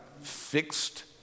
Fixed